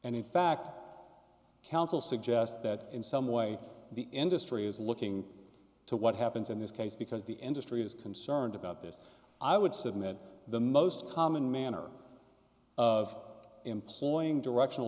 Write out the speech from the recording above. and in fact counsel suggest that in some way the industry is looking to what happens in this case because the industry is concerned about this i would submit the most common manner of employing directional